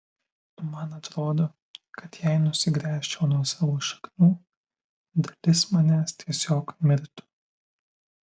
man atrodo kad jei nusigręžčiau nuo savo šaknų dalis manęs tiesiog mirtų